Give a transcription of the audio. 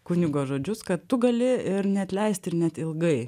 kunigo žodžius kad tu gali ir neatleisti ir net ilgai